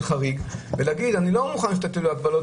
חריג ולהגיד שהוא לא מוכן שיטילו הגבלות,